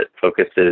focuses